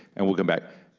and we'll come back.